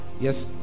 Yes